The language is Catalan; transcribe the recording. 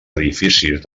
edificis